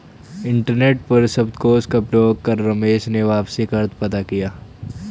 internet पर शब्दकोश का प्रयोग कर रमेश ने वापसी का अर्थ पता किया